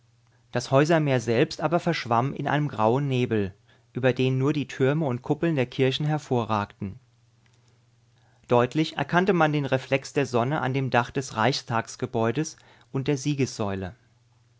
das häusermeer selbst aber verschwamm in einem grauen nebel über den nur die türme und kuppeln der kirchen hervorragten deutlich erkannte man den reflex der sonne an dem dach des reichstagsgebäudes und an der